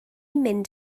mynd